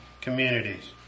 communities